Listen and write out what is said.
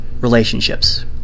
relationships